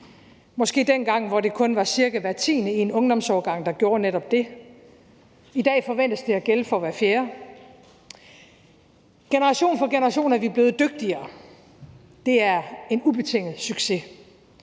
måske dengang, hvor det kun var cirka hver tiende i en ungdomsårgang, der gjorde netop det. I dag forventes det at gælde for hver fjerde. Generation for generation er vi blevet dygtigere, og det er en ubetinget succes.